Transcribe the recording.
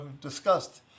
discussed